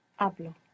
Hablo